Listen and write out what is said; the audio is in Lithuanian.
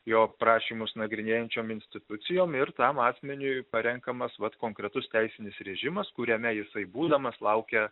jo prašymus nagrinėjančiom institucijom ir tam asmeniui parenkamas vat konkretus teisinis režimas kuriame jisai būdamas laukia